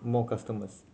more customers